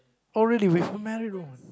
oh really with